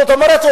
זאת אומרת,